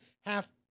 half